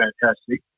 fantastic